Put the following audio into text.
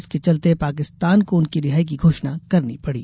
इसके चलते पाकिस्तान को उनकी रिहाई की घोषणा करनी पड़ी